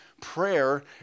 prayer